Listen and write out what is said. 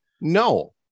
no